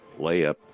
layup